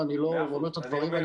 אני אומר את הדברים האלה,